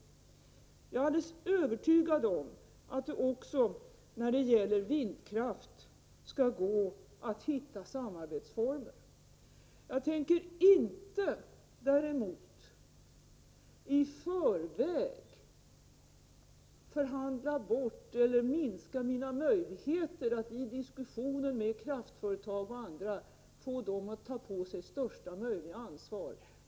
Jag är alldeles övertygad om att det också när det gäller vindkraften skall gå att hitta samarbetsformer. Jag tänker däremot inte i förväg förhandla bort eller minska mina möjligheter att i diskussioner med kraftföretag och andra få dem att ta på sig största möjliga ansvar.